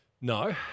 No